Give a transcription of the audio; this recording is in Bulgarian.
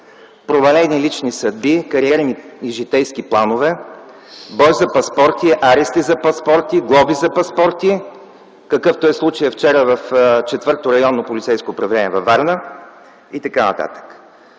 провалени лични съдби, кариерни и житейски планове, бой за паспорти, арести за паспорти, глоби за паспорти, какъвто е случаят от вчера в ІV-то Районно полицейско управление във Варна и т.н.